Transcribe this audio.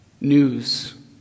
news